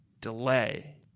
delay